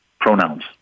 pronouns